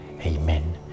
Amen